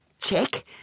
Check